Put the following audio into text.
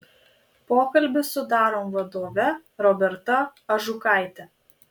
pokalbis su darom vadove roberta ažukaite